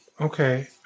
Okay